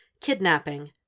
Kidnapping